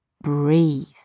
breathe